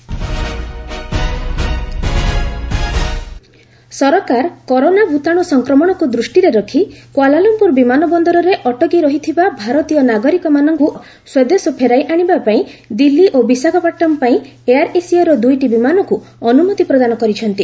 Jaishankar AirAsia ସରକାର corona ଭୂତାଣୁ ସଂକ୍ରମଣକୁ ଦୃଷ୍ଟିରେ ରଖି କୁଆଲା ଲୁମ୍ପୁର ବିମାନ ବନ୍ଦରରେ ଅଟକି ରହିଥିବା ଭାରତୀୟ ନାଗରିକମାନଙ୍କୁ ସ୍ୱଦେଶ ଫେରାଇ ଆଣିବାପାଇଁ ଦିଲ୍ଲୀ ଓ ବିଶାଖାପଟଣମ୍ ପାଇଁ ଏୟାର୍ ଏସିଆର ଦୁଇଟି ବିମାନକୁ ଅନୁମତି ପ୍ରଦାନ କରିଛନ୍ତି